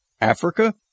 Africa